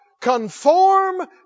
conform